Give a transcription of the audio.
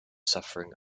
suffering